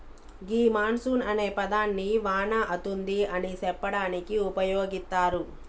గీ monsoon అనే పదాన్ని వాన అతుంది అని సెప్పడానికి ఉపయోగిత్తారు